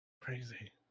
Crazy